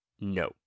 No